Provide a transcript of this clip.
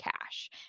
Cash